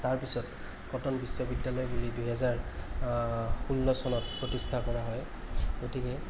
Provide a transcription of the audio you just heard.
তাৰপিছত কটন বিশ্ববিদ্য়ালয় বুলি দুহেজাৰ ষোল্ল চনত প্ৰতিষ্ঠা কৰা হয় গতিকে